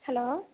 hello